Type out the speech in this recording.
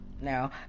now